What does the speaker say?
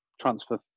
transfer